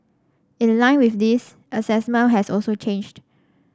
in line with this assessment has also changed